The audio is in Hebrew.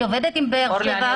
אני עובדת עם באר-שבע -- אורלי,